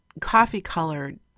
coffee-colored